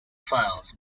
files